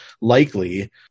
likely